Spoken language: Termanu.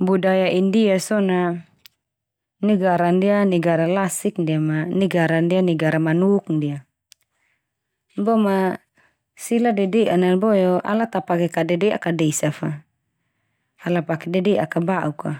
Budaya India so na negara ndia negara lasik ndia ma negara ndia negara manuk ndia. Boma sila dede'an na boe o ala ta pake kada dede'ak kada esa fa ala pake dede'ak kal bauk ka,